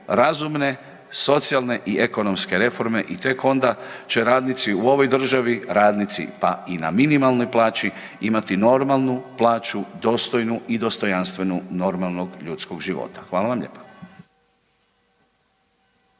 razumne, socijalne i ekonomske reforme i tek onda će radnici u ovoj državi, radnici, pa i na minimalnoj plaći imati normalnu plaću, dostojnu i dostojanstvenu normalnog ljudskog života. Hvala vam lijepa.